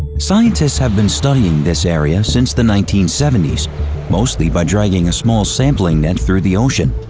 scientists have been studying this area since the nineteen seventy s mostly by dragging a small sampling net through the ocean.